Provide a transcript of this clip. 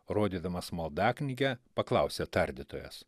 rodydamas maldaknygę paklausė tardytojas